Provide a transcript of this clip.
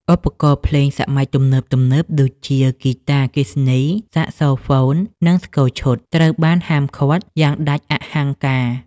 ឧបករណ៍ភ្លេងសម័យទំនើបៗដូចជា ហ្គីតាអគ្គិសនី សាក់សូហ្វូន និងស្គរឈុត ត្រូវបានហាមឃាត់យ៉ាងដាច់អហង្ការ។